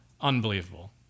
unbelievable